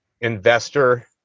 investor